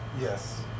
Yes